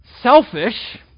selfish